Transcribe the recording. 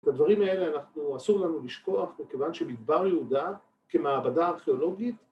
‫את הדברים האלה אסור לנו לשכוח, ‫מכיוון שמדבר יהודה כמעבדה ארכיאולוגית...